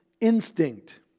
instinct